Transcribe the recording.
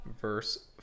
verse